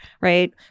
right